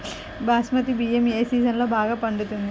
బాస్మతి బియ్యం ఏ సీజన్లో బాగా పండుతుంది?